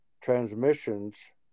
transmissions